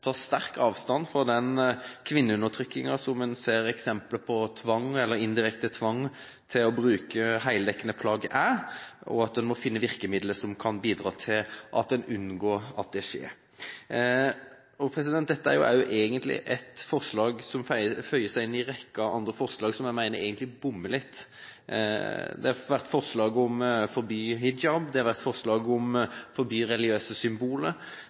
ta sterkt avstand fra den kvinneundertrykkingen som en ser eksempler på ved tvang – eller indirekte tvang – til å bruke heldekkende plagg. En må finne virkemidler som kan bidra til å unngå at det skjer. Dette er egentlig et forslag som føyer seg inn i rekken av forslag som jeg mener bommer litt. Det har vært forslag om å forby hijab, det har vært forslag om å forby religiøse symboler,